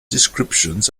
descriptions